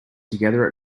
together